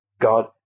God